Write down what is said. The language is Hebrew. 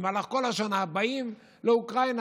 ובמהלך כל השנה באים לאוקראינה,